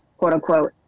quote-unquote